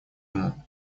ему